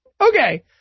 okay